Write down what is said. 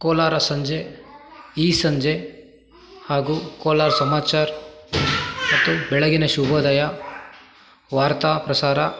ಕೋಲಾರ ಸಂಜೆ ಈ ಸಂಜೆ ಹಾಗೂ ಕೋಲಾರ್ ಸಮಾಚಾರ್ ಮತ್ತು ಬೆಳಗ್ಗಿನ ಶುಭೋದಯ ವಾರ್ತಾ ಪ್ರಸಾರ